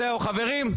זהו, חברים.